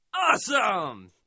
Awesome